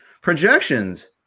Projections